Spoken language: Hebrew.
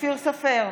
אופיר סופר,